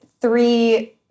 three